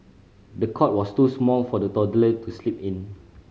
the cot was too small for the toddler to sleep in